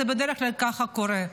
זה בדרך כלל ככה קורה.